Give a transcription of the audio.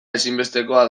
ezinbestekoa